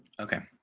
okay.